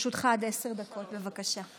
לרשותך עד עשר דקות, בבקשה.